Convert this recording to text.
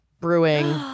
Brewing